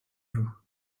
vous